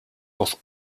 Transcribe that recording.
auf